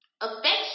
affection